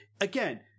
Again